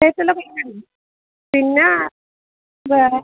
പിന്നെ വേറെ